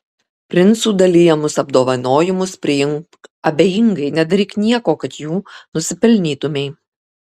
princų dalijamus apdovanojimus priimk abejingai nedaryk nieko kad jų nusipelnytumei